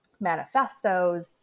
manifestos